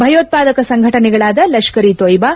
ಭಯೋತ್ಪಾದಕ ಸಂಘಟನೆಗಳಾದ ಲಷ್ಕರ್ ಇ ತೊಯ್ಟಾ